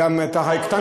אדוני, אתה יכול.